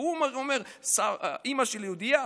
והוא אומר: אימא שלי יהודייה,